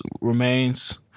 remains